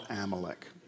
Amalek